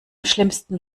schlimmsten